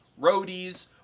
roadies